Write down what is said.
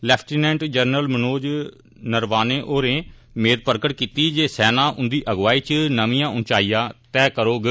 lieutenant general Manoj Naravane होरें गी मेद प्रकट कीती जे सेना उंदी अगुवाई च नमियां उंचाइयां तैह् करोग